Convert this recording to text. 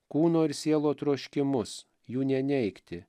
kūno ir sielo troškimus jų neneigti